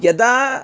यदा